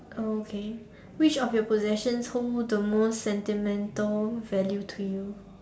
okay which of your possessions hold the most sentimental value to you